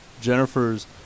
jennifer's